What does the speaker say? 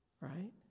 Right